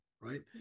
right